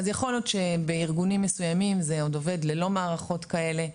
אז יכול להיות שבארגונים מסוימים זה עוד עובד ללא מערכות כאלה,